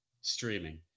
streaming